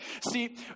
See